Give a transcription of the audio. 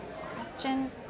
Question